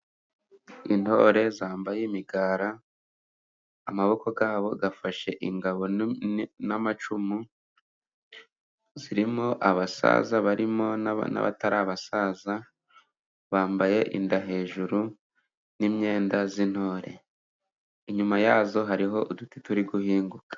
Intore zambaye imigara, amaboko yabo afashe ingabo n'amacumu, zirimo abasaza barimo n'abatari abasaza bambaye inda hejuru n'imyenda y'intore, inyuma yazo hariho uduti turi guhinguka.